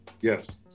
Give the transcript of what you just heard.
Yes